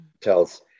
Tells